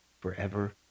forever